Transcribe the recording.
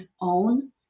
own